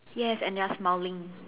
yes and they are smiling